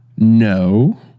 No